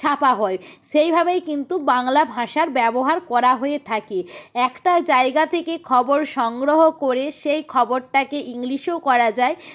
ছাপা হয় সেইভাবেই কিন্তু বাংলা ভাষার ব্যবহার করা হয়ে থাকে একটা জায়গা থেকে খবর সংগ্রহ করে সেই খবরটাকে ইংলিশেও করা যায়